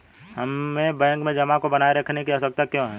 हमें बैंक में जमा को बनाए रखने की आवश्यकता क्यों है?